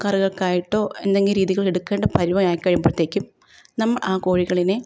കറിക്കായിട്ടോ എന്തെങ്കിലും രീതികളിൽ എടുക്കേണ്ട പരുവമായി കഴിയുമ്പോഴത്തേയ്ക്കും നമ്മൾ ആ കോഴികളിനെ